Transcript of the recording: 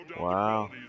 Wow